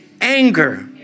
anger